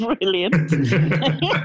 Brilliant